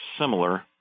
similar